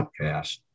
podcast